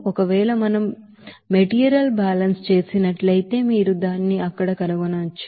ఒకవేళ మనం material balance చేసినట్లయితే మీరు దానిని అక్కడ కనుగొనవచ్చు